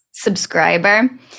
Subscriber